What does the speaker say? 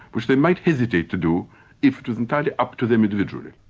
which they might hesitate to do if it was entirely up to them individually.